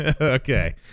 Okay